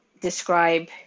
describe